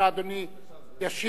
אדוני ישיב,